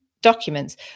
documents